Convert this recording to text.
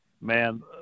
Man